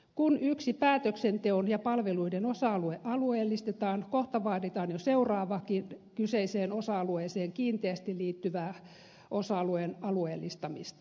kun yksi päätöksenteon ja palveluiden osa alue alueellistetaan kohta vaaditaan jo seuraavankin kyseiseen osa alueeseen kiinteästi liittyvän osa alueen alueellistamista